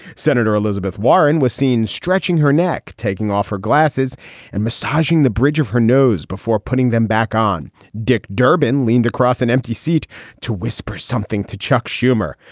senator elizabeth warren was seen stretching her neck, taking off her glasses and massaging the bridge of her nose before putting them back on. dick durbin leaned across an empty seat to whisper something to chuck schumer.